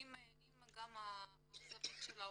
גם אמהרית.